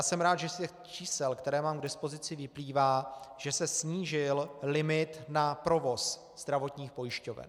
Jsem rád, že z těch čísel, která mám k dispozici, vyplývá, že se snížil limit na provoz zdravotních pojišťoven.